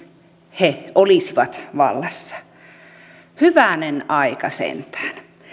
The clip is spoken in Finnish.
he olisivat vallassa hyvänen aika sentään